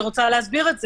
אני רוצה להסביר את זה.